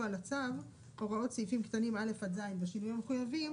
על הצו הוראות סעיפים קטנים (א)-(ז) ושיהיו מחויבים